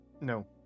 no